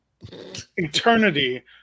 eternity